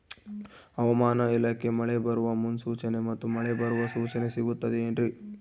ಹವಮಾನ ಇಲಾಖೆ ಮಳೆ ಬರುವ ಮುನ್ಸೂಚನೆ ಮತ್ತು ಮಳೆ ಬರುವ ಸೂಚನೆ ಸಿಗುತ್ತದೆ ಏನ್ರಿ?